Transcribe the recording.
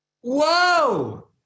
Whoa